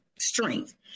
strength